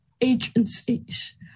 agencies